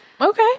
Okay